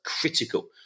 critical